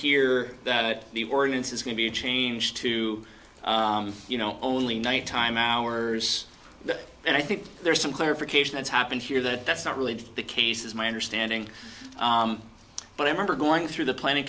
hear that the ordinance is going to be changed to you know only nighttime hours and i think there's some clarification that's happened here that that's not really the case is my understanding but i remember going through the planning